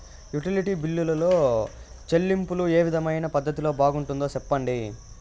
Utility బిల్లులో చెల్లింపులో ఏ విధమైన పద్దతి బాగుంటుందో సెప్పండి?